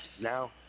now